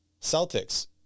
Celtics